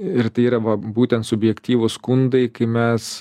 ir tai yra va būtent subjektyvūs skundai kai mes